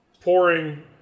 pouring